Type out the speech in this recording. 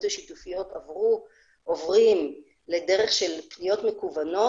השיתופיות עוברים לדרך של פניות מקוונות.